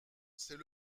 c’est